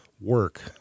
work